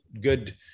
Good